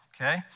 okay